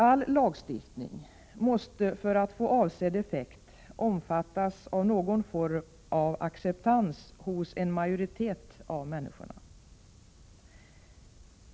All lagstiftning måste för att få avsedd effekt omfattas av någon form av acceptans hos en majoritet av människorna.